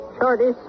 Shorty